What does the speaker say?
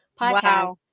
podcast